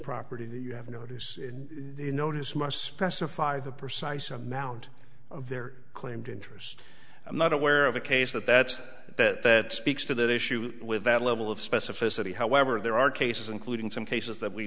property then you have notice the notice must specify the precise amount of their claimed interest i'm not aware of a case that that that that speaks to that issue with that level of specificity however there are cases including some cases that we